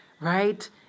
right